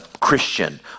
Christian